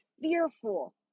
fearful